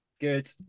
Good